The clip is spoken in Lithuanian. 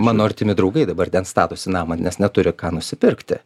mano artimi draugai dabar ten statosi namą nes neturi ką nusipirkti